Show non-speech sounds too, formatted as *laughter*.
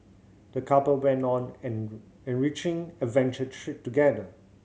the couple went on an *unintelligible* enriching adventure *unintelligible* together